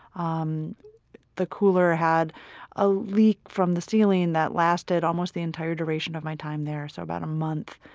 um the cooler had a leak from the ceiling that lasted almost the entire duration of my time there, so about a month,